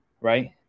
right